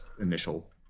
initial